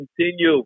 continue